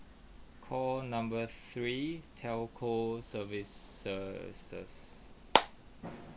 call number three telco services